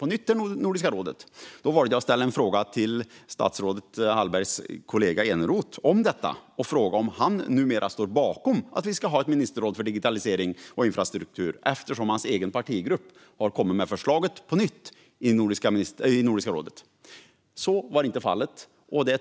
Jag valde då att ställa en fråga till statsrådets kollega Eneroth om han numera står bakom att det ska bli ett sådant ministerråd eftersom hans egen partigrupp åter föreslagit det. Men så var inte fallet.